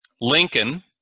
Lincoln